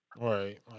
Right